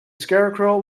scarecrow